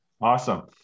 Awesome